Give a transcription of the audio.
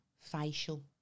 facial